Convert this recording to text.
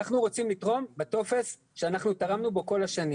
אנחנו רוצים לתרום בטופס שאנחנו תרמנו בו כל השנים.